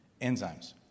enzymes